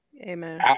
Amen